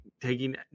taking